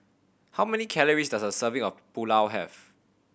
how many calories does a serving of Pulao have